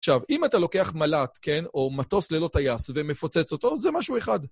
עכשיו, אם אתה לוקח מל"ט, כן, או מטוס ללא-טייס ומפוצץ אותו, זה משהו אחד.